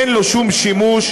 ואין לו שום שימוש,